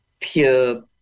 pure